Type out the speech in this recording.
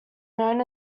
known